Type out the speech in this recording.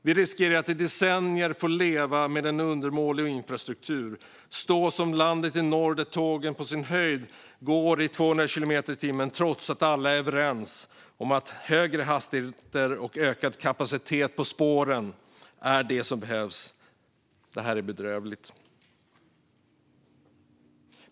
Vi riskerar att i decennier få leva med en undermålig infrastruktur och stå som landet i norr där tågen går i på sin höjd 200 kilometer i timmen trots att alla är överens om att högre hastigheter och ökad kapacitet på spåren är det som behövs. Det är bedrövligt.